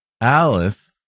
Alice